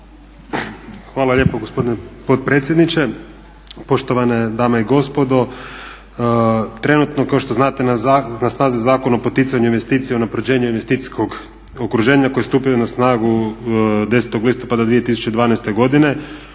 Hvala lijepo gospodine potpredsjedniče, poštovane dame i gospodo. Trenutno kao što znate na snazi je Zakon o poticanju investicija i unapređenju investicijskog okruženja koji je stupio na snagu 10. listopada 2012. godine.